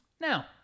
Now